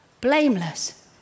blameless